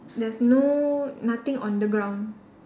there's no nothing on the ground